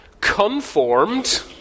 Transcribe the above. conformed